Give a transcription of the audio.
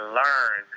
learn